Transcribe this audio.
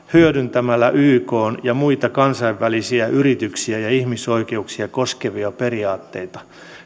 hyödyntämällä ykn ja muita kansainvälisiä yrityksiä ja ihmisoikeuksia koskevia periaatteita